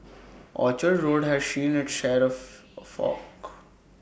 Orchard road has seen it's share of fork